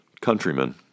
countrymen